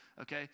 Okay